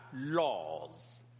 laws